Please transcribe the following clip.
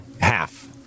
half